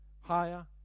higher